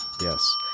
yes